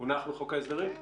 הונח בחוק ההסדרים?